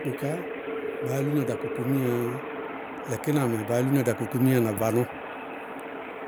Oka, baá lúna dakokomiyaá yá, lɛkɩnamɛ, baá lúna dakokomiyaá na vanɔɔ.